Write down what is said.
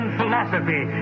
philosophy